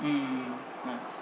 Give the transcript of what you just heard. mm nice